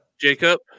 Jacob